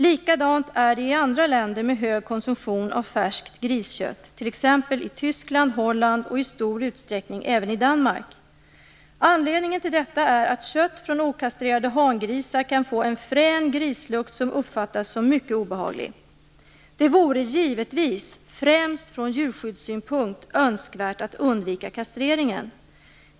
Likadant är det i andra länder med hög konsumtion av färskt griskött, t.ex. i Tyskland, Holland och i stor utsträckning även i Danmark. Anledningen till detta är att kött från okastrerade hangrisar kan få en frän grislukt som uppfattas som mycket obehaglig. Det vore givetvis, främst från djurskyddssynpunkt, önskvärt att undvika kastreringen.